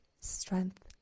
strength